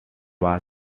was